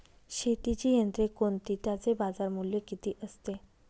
शेतीची यंत्रे कोणती? त्याचे बाजारमूल्य किती असते?